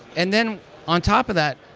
and then on top of that,